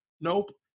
Nope